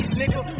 nigga